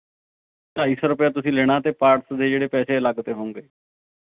ਢਾਈ ਸੌ ਰੁਪਇਆ ਤੁਸੀਂ ਲੈਣਾ ਅਤੇ ਪਾਰਟਸ ਦੇ ਜਿਹੜੇ ਪੈਸੇ ਅਲੱਗ ਤੋਂ ਹੋਣਗੇ